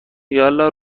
یالا